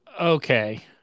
okay